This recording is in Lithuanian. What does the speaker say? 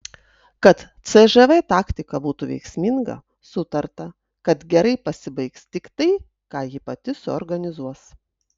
kad cžv taktika būtų veiksminga sutarta kad gerai pasibaigs tik tai ką ji pati suorganizuos